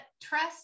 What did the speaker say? trust